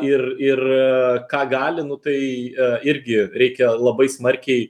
ir ir ką gali nu tai irgi reikia labai smarkiai